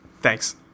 Thanks